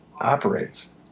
operates